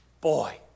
Boy